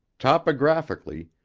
topographically,